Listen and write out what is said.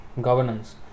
governance